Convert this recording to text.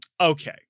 okay